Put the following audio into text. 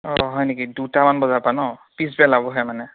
অঁ হয় নেকি দুটামান বজাৰ পৰা ন পিছবেলা বহে মানে